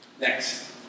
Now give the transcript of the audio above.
Next